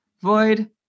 void